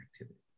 activity